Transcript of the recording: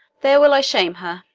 there will i shame her.